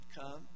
come